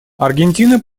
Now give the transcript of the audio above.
аргентина